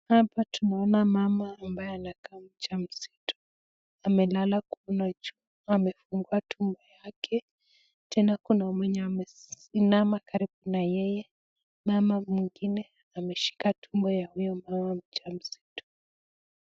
Hapa tunaona mama ambaye anakaa mjamzito amelala kuona juu na amefungua tumbo yake tena kuna mwenye ameinama karibu na yeye, mama mwingine ameshika tumbo ya huyo mama mjamzito.